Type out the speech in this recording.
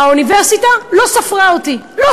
האוניברסיטה לא ספרה אותי,